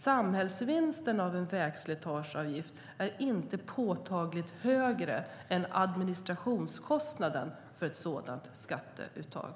Samhällsvinsten av en vägslitageavgift är inte påtagligt högre än administrationskostnaden för ett sådant skatteuttag.